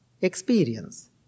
Experience